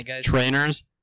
trainers